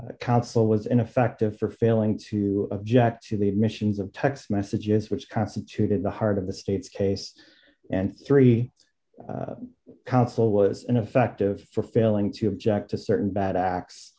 to counsel was ineffective for failing to object to the admissions of text messages which constituted the heart of the state's case and three counsel was in effect of for failing to object to certain bad acts